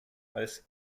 als